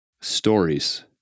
stories